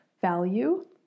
value